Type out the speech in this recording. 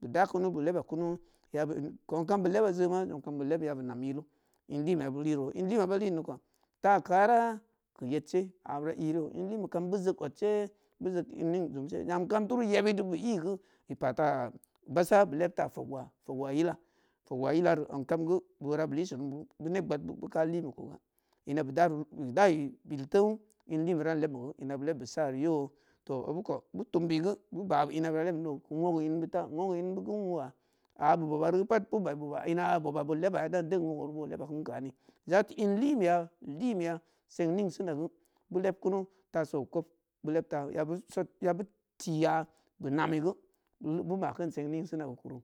bu daa kunu boo lebba kunu ya bu byan kam boo lebba zoōma ya bu nyam kam boo lebba zoōma nyam kam boo leb yabu nam yillu nleemeyu buo lee ro nleemeya ba lee di koo ta karaa ki yed sen abira iiru yo nleeme kam boo jeg odd sen bu jeg nin neng zoog sey nyam kam turo yebbidi be jigu bu patta basaa bu leb ta fog waa fog waa yillu, fog waa yilla zong kam bura bu lee sunu bu neb gbad bud guu bu kaa lee mekoga nna bu daru bu da’i bil teinyu bleeme dan lebmiguu nna leb bu saa di yoo toh obukōo bu tum bii guu bu babu nna bu dai leb di yoo ki wogga bit ta wogga nbit guu wuya a bu bobba ru pat bi babu aa bu bbobba ru pat a buu bobba lebba kin kani ya ti nleemeya seng neng sina guu bu leb kunu taa so kob bu leb taa ya bu sod bu tii ya bu namuguu bu makin seng neng sina ku kuro.